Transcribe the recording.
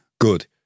Good